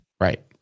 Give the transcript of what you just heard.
Right